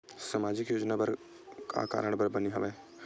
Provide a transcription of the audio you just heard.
सामाजिक योजना का कारण बर बने हवे?